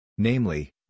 Namely